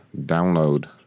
Download